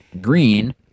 green